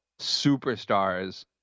superstars